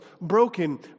broken